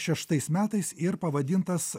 šeštais metais ir pavadintas